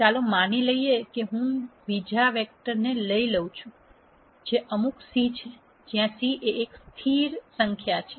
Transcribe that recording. ચાલો માની લઈએ કે હું બીજા કેટલાક વેક્ટર લઈ લઉ છું જે અમુક C છે જ્યાં C એક સ્થિર છે